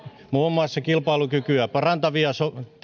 muun muassa kilpailukykyä parantavia